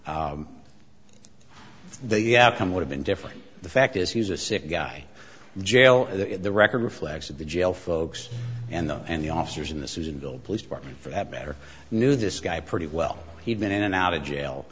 they have come would have been different the fact is he's a sick guy in jail and the record reflects that the jail folks and the and the officers in the susan bill police department for that matter knew this guy pretty well he'd been in and out of jail